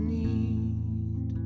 need